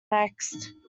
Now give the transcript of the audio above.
next